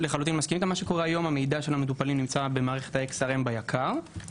המידע של המטופלים נמצא ביק"ר,